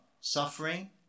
suffering